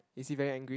is he very angry